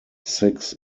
six